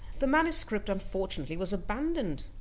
the manuscript unfortunately was abandoned.